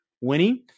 Winning